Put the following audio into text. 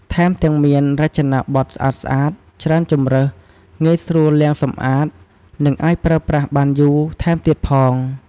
ថែមទាំងមានរចនាបថស្អាតៗ ច្រើនជម្រើស ងាយស្រួលលាងសម្អាត និងអាចប្រើប្រាស់បានយូរថែមទៀតផង។